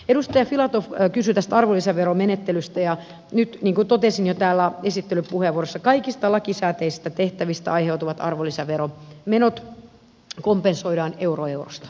edustaja filatov kysyi tästä arvonlisäveromenettelystä ja nyt niin kuin totesin jo täällä esittelypuheenvuorossa kaikista lakisääteisistä tehtävistä aiheutuvat arvonlisäveromenot kompensoidaan euro eurosta